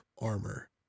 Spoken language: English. armor